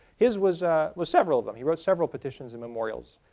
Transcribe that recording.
his was ah was several of them. he wrote several petitions and memorials,